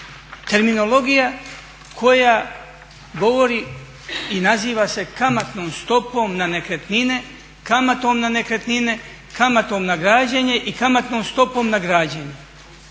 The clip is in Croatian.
terminologija koja govori i naziva se kamatnom stopom na nekretnine, kamatom na nekretnine, kamatom na građenje i kamatnom stopom na građenje,